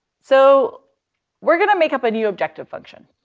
so we're gonna make up a new objective function,